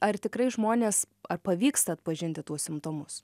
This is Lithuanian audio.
ar tikrai žmonės ar pavyksta atpažinti tuos simptomus